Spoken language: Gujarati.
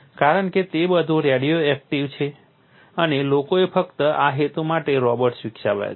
કારણ કે તે બધું રેડિયોક્ટિવ છે અને લોકોએ ફક્ત આ હેતુ માટે રોબોટ્સ વિકસાવ્યા છે